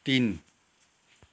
तिन